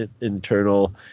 internal